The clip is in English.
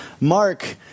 Mark